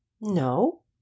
No